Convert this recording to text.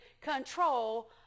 control